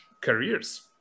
careers